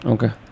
Okay